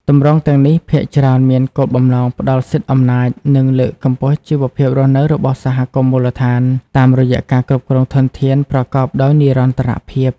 ទម្រង់ទាំងនេះភាគច្រើនមានគោលបំណងផ្ដល់សិទ្ធិអំណាច និងលើកកម្ពស់ជីវភាពរស់នៅរបស់សហគមន៍មូលដ្ឋាន តាមរយៈការគ្រប់គ្រងធនធានប្រកបដោយនិរន្តរភាព។